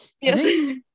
Yes